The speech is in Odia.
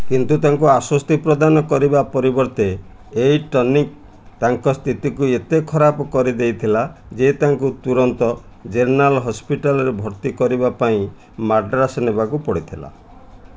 କିନ୍ତୁ ତାଙ୍କୁ ଆଶ୍ୱସ୍ତି ପ୍ରଦାନ କରିବା ପରିବର୍ତ୍ତେ ଏହି ଟନିକ୍ ତାଙ୍କ ସ୍ଥିତିକୁ ଏତେ ଖରାପ କରିଦେଇଥିଲା ଯେ ତାଙ୍କୁ ତୁରନ୍ତ ଜେନେରାଲ୍ ହସ୍ପିଟାଲରେ ଭର୍ତ୍ତି କରିବା ପାଇଁ ମାଡ୍ରାସ୍ ନେବାକୁ ପଡ଼ିଥିଲା